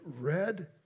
red